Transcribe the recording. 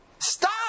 Stop